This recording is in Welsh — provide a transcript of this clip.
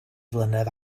flynedd